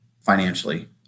financially